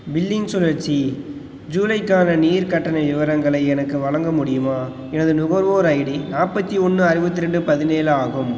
billing சுழற்சி ஜூலைக்கான நீர் கட்டண விவரங்களை எனக்கு வழங்க முடியுமா எனது நுகர்வோர் ஐடி நாற்பத்தி ஒன்று அறுபத்தி ரெண்டு பதினேழு ஆகும்